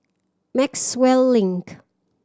Maxwell Link